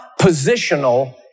positional